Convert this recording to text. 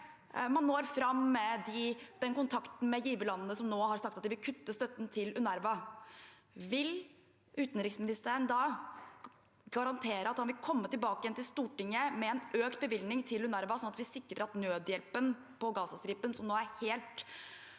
ikke når fram med kontakten med giverlandene som nå har sagt at de vil kutte støtten til UNRWA? Vil utenriksministeren da garantere at han vil komme tilbake til Stortinget med en økt bevilgning til UNRWA, sånn at vi sikrer at nødhjelpen på Gazastripen – som det nå er helt